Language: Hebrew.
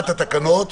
התקנות.